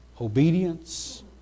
obedience